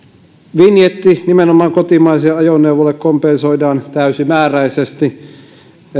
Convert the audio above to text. vinjetti nimenomaan kotimaisille ajoneuvoille kompensoidaan täysimääräisesti